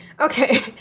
okay